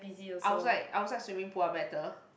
outside outside swimming pool are better